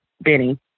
Benny